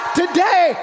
today